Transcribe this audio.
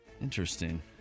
interesting